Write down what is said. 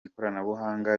ikoranabuhanga